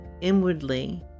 Inwardly